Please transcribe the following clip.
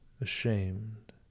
ashamed